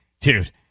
dude